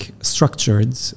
structured